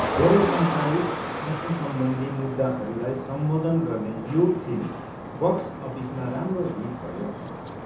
धेरै समसामयिक कृषिसम्बन्धी मुद्दाहरूलाई सम्बोधन गर्ने यो फिल्म बक्स अफिसमा राम्रो हिट भयो